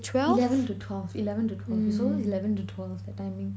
eleven to twelve eleven to twelve it's always eleven to twelve the timing